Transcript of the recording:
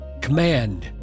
command